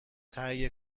تهیه